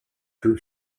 two